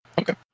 Okay